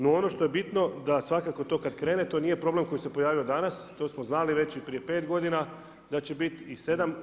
No ono što je bitno da svakako to kad krene to nije problem koji se pojavio danas, to smo znali već i prije pet godina da će biti i sedam.